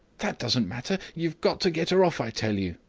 that doesn't matter! you've got to get her off, i tell you!